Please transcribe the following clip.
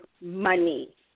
money